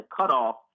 cutoff